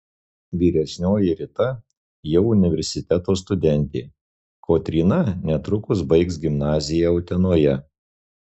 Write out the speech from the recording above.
vyresnioji rita jau universiteto studentė kotryna netrukus baigs gimnaziją utenoje